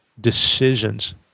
decisions